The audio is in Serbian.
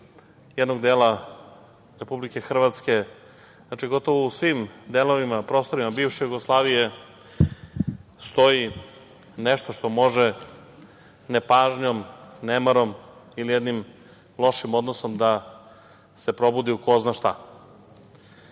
jednog dela Republike Hrvatske, gotovo u svim delovima, prostorima bivše Jugoslavije stoji nešto što može nepažnjom, nemarom ili jednim lošim odnosom da se probudi u ko zna šta. Jako